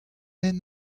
hent